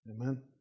Amen